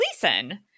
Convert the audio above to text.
gleason